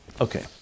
Okay